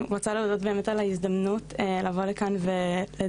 אני רוצה באמת להודות על ההזדמנות לבוא לכאן ולדבר,